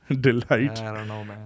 delight